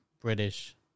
British